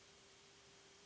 Hvala